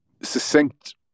succinct